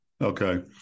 Okay